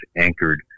anchored